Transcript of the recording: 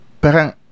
Parang